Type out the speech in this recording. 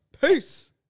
Peace